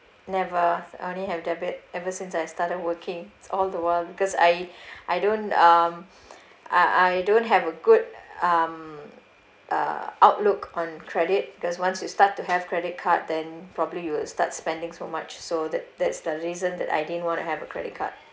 never only have debit ever since I started working it's all the while because I I don't um I I don't have a good um uh outlook on credit because once you start to have credit card then probably you would start spending so much so that that's the reason that I didn't want to have a credit card